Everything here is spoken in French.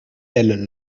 elle